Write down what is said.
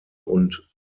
und